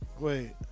Wait